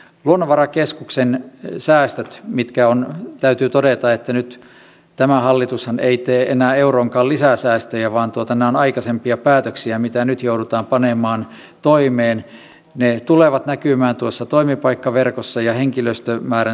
luonnonvarakeskuksen säästöt täytyy todeta että nyt tämä hallitushan ei tee enää euronkaan lisäsäästöjä vaan nämä ovat aikaisempia päätöksiä mitä nyt joudutaan panemaan toimeen tulevat näkymään toimipaikkaverkossa ja henkilöstömäärän supistumisessa